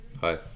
Hi